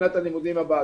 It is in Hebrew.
בשנת הלימודים הבאה.